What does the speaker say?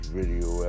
video